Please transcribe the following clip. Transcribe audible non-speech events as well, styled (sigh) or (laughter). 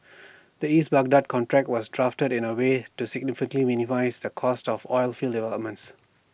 (noise) the east Baghdad contract was drafted in A way to significantly minimise the cost of oilfield developments